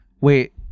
Wait